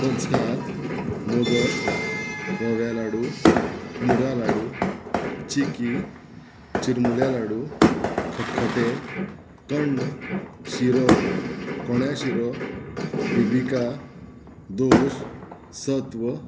पंचखात मोदक रव्या लाडू मुगा लाडू चिकी चिरमुल्या लाडू खटखटें कण्ण शिरो कोण्या शिरो बिबिका दोश सत्व